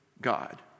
God